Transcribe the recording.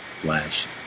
flash